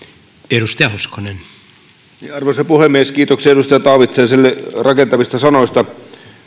arvoisa arvoisa puhemies kiitoksia edustaja taavitsaiselle rakentavista sanoista